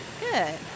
good